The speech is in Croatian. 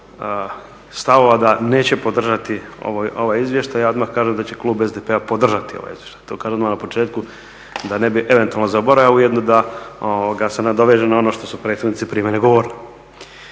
stavova da neće podržati ovaj izvještaj ja odmah kažem da će klub SDP-a podržati ovaj izvještaj. To kažem odmah na početku da ne bih eventualno zaboravio, a ujedno da se nadovežem na ono što su prethodnici prije mene govorili.